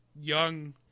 young